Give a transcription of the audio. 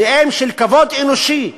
תנאים של כבוד אנושי,